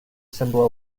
symbol